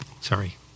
Sorry